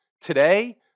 Today